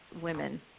women